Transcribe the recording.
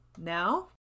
now